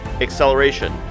acceleration